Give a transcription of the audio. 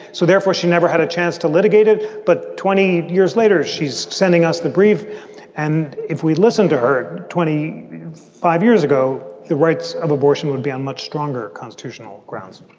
so therefore, she never had a chance to litigated. but twenty years later, she's sending us the brief and if we listened to her twenty five years ago, the rights of abortion would be on much stronger constitutional grounds